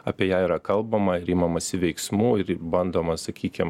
apie ją yra kalbama ir imamasi veiksmų ir bandoma sakykim